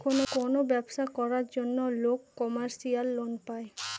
কোনো ব্যবসা করার জন্য লোক কমার্শিয়াল লোন পায়